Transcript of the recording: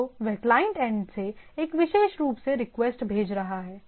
तो वह client end से एक विशेष रूप से रिक्वेस्ट भेज रहा है